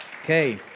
Okay